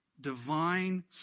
divine